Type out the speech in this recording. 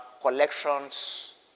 collections